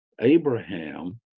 Abraham